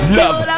love